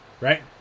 right